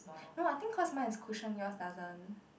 no I think cause mine is cushion yours doesn't